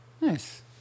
Nice